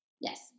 yes